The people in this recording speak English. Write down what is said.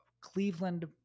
Cleveland